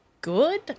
good